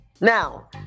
Now